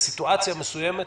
בסיטואציה מסוימת,